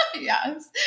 yes